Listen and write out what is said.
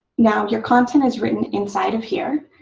now your content is written inside of here,